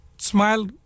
Smile